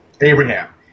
Abraham